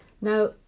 Now